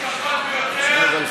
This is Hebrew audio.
2,000 משפחות ויותר,